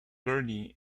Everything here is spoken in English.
gurney